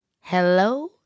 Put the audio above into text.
Hello